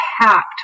packed